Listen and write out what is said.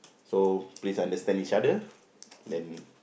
so please understand each other then